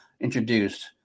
introduced